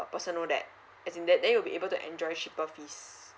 person know that as in that they will be able to enjoy cheaper fees